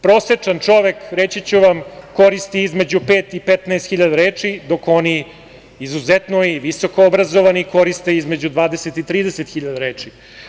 Prosečan čovek, reći ću vam, koristi između 5.000 i 15.000 reči, dok oni izuzetno i visoko obrazovani koriste između 20.000 i 30.000 reči.